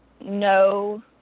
no